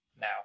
now